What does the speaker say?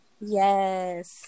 yes